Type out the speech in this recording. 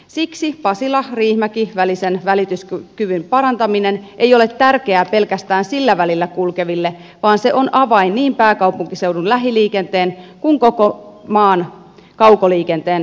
siksi pasilariihimäki välin välityskyvyn parantaminen ei ole tärkeää pelkästään sillä välillä kulkeville vaan se on avain niin pääkaupunkiseudun lähiliikenteen kuin koko maan kaukoliikenteen sujuvuudelle